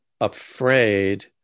afraid